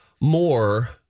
more